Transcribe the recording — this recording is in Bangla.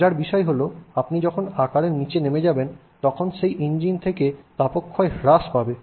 মজার বিষয় হল আপনি যখন আকারের নিচে নেমে যাবেন তখন সেই ইঞ্জিন থেকে তাপক্ষয় বেশি হ্রাস পাবে